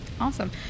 awesome